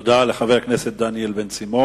תודה לחבר הכנסת דניאל בן-סימון.